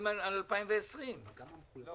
הם עובדים על 2020. אבל